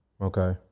Okay